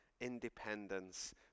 independence